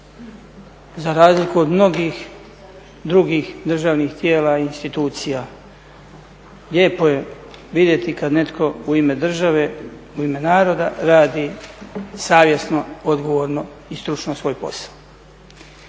za razliku od mnogih drugih državnih tijela i institucija. Lijepo je vidjeti kad netko u ime države, u ime naroda radi savjesno, odgovorno i stručno svoj posao.